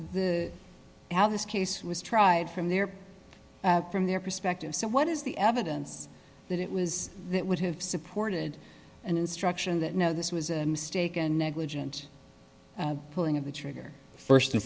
how this case was tried from there from their perspective so what is the evidence that it was that would have supported an instruction that no this was a mistake and negligent pulling of the trigger st and